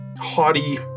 haughty